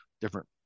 different